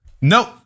Nope